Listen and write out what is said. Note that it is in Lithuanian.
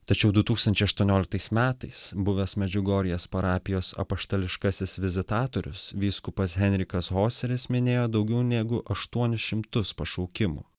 tačiau du tūkstančiai aštuonioliktais metais buvęs medžiugorjės parapijos apaštališkasis vizitatorius vyskupas henrikas hoseris minėjo daugiau negu aštuonis šimtus pašaukimų